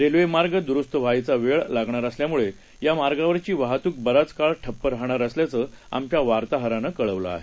रेल्वेमार्ग दुरुस्त व्हायसा वेळ लागणार असल्यामुळे या मार्गावरची वाहतूक बराच काळ ठप्प राहणार असल्याचं आमच्या वार्ताहरानं कळवलं आहे